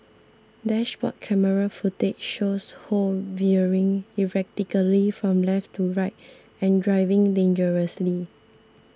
dashboard camera footage shows Ho veering erratically from left to right and driving dangerously